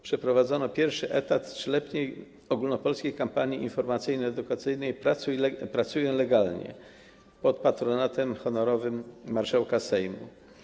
Przeprowadzono pierwszy etap 3-letniej ogólnopolskiej kampanii informacyjno-edukacyjnej „Pracuję legalnie!” pod patronatem honorowym marszałka Sejmu.